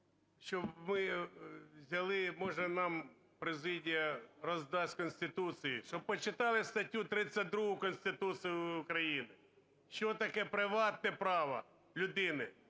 щоб ми взяли, може, нам президія роздасть Конституцію, щоб почитали статтю 32 Конституції України, що таке приватне право людини.